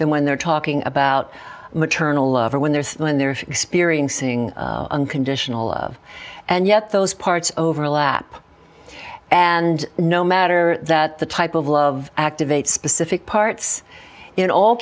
than when they're talking about maternal love or when there's when they're experiencing unconditional love and yet those parts overlap and no matter that the type of love activates specific parts in all